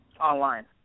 online